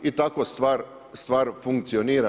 I tako stvar funkcionira.